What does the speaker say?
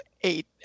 eight